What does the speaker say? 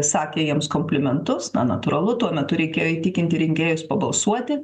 sakė jiems komplimentus na natūralu tuo metu reikėjo įtikinti rinkėjus pabalsuoti